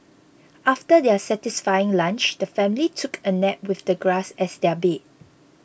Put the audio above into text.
after their satisfying lunch the family took a nap with the grass as their bed